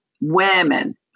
women